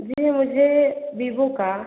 जी मुझे वीवो का